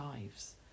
lives